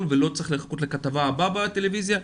ולא צריך לחכות לכתבה הבאה בטלוויזיה.